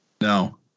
No